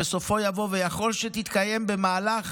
בסופו יבוא: 'ויכול שתתקיים במהלך